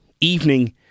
evening